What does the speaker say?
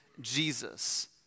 Jesus